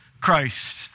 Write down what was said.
Christ